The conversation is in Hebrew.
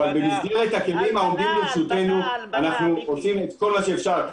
במסגרת הכלים העומדים לרשותנו אנחנו עושים את כל מה שאפשר.